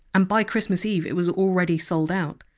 and by christmas eve it was already sold out.